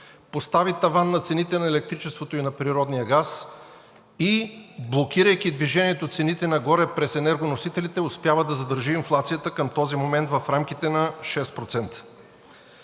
постави таван на електричеството и на природния газ и блокирайки движението на цените нагоре през енергоносителите, успява да задържи инфлацията към този момент в рамките на 6%.